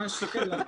תודה רבה.